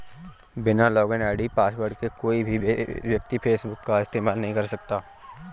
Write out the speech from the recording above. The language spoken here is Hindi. बिना लॉगिन आई.डी पासवर्ड के कोई भी व्यक्ति फेसबुक का इस्तेमाल नहीं कर सकता